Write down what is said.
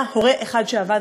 היה הורה אחד שעבד.